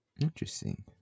Interesting